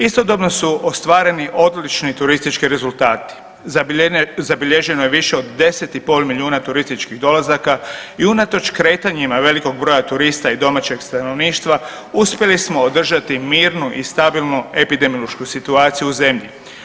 Istodobno su ostvareni odlični turistički rezultati, zabilježeno je više od 10,5 milijuna turističkih dolazaka i unatoč kretanjima velikog broja turista i domaćeg stanovništva, uspjeli smo održati mirnu i stabilnu epidemiološku situaciju u zemlji.